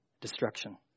destruction